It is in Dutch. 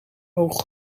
hoog